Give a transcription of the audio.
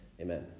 Amen